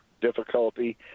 difficulty